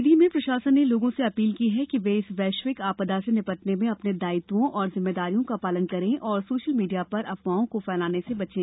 सीधी में प्रशासन ने लोगों से अपील की है कि वे इस वैश्विक आपदा से निपटने में अपने दायित्वों और जिम्मेदारियों का पालन करें और सोशल मीडिया पर अफवाहों को फैलाने से बचें